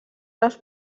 les